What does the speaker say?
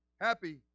happy